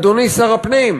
אדוני שר הפנים,